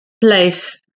place